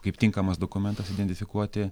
kaip tinkamas dokumentas identifikuoti